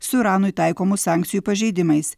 su iranui taikomų sankcijų pažeidimais